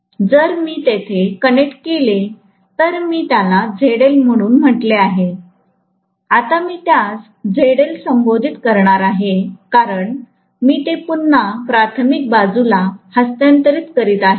जर मी तेथे कनेक्ट केले तर मी त्याला ZL म्हणून म्हटले आहे आता मी त्यास ZL संबोधित करणार आहे कारण मी ते पुन्हा प्राथमिक बाजुला हस्तांतरित करीत आहे